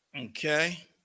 Okay